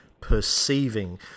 Perceiving